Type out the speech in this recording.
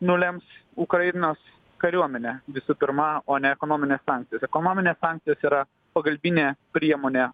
nulems ukrainos kariuomenė visų pirma o ne ekonominės sankcijos ekonominės sankcijos yra pagalbinė priemonė